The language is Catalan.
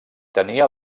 tenia